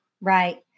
Right